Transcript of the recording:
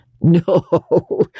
No